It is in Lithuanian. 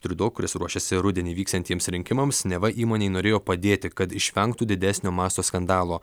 triudo kuris ruošiasi rudenį vyksiantiems rinkimams neva įmonei norėjo padėti kad išvengtų didesnio masto skandalo